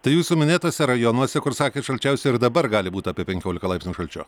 tai jūsų minėtuose rajonuose kur sakėt šalčiausia ir dabar gali būt apie penkiolika laipsnių šalčio